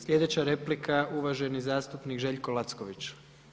Sljedeća replika uvaženi zastupnik Željko Lacković.